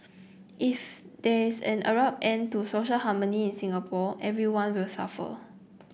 if there is an abrupt end to social harmony in Singapore everyone will suffer